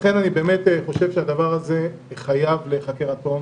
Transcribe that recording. לכן אני חושב שהדבר הזה חייב להיחקר עד תום